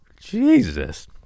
Jesus